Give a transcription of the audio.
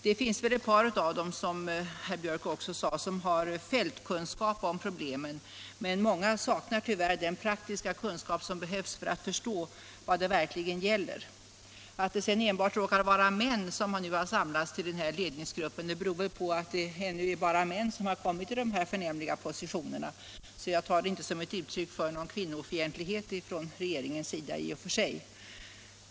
Det finns väl ett par av dem, som herr Biörck också sade, som har fältkunskap om problemen. Men många saknar tyvärr den praktiska kunskap som behövs för att förstå vad det verkligen gäller. Att det sedan enbart råkar vara män som man nu har samlat till den här ledningsgruppen beror väl på att det ännu bara är män som har kommit i dessa förnämliga positioner, så jag tar det inte som ett uttryck för någon kvinnofientlighet från regeringens sida.